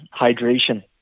hydration